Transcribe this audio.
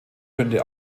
könnte